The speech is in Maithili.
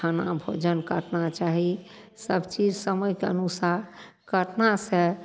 खाना भोजन करना चाही सब चीज समयके अनुसार करनासँ